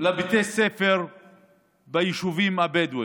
לבתי הספר ביישובים הבדואיים.